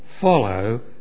follow